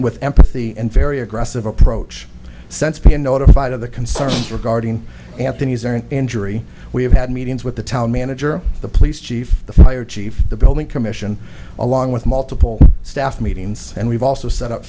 with empathy and very aggressive approach sense been notified of the concerns regarding anthony's or an injury we have had meetings with the town manager the police chief the fire chief the building commission along with multiple staff meetings and we've also set up